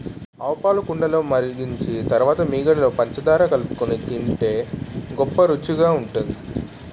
ఆవుపాలు కుండలో మరిగించిన తరువాత మీగడలో పంచదార కలుపుకొని తింటే గొప్ప రుచిగుంటది